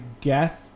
guess